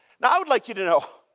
now, i would like you to know.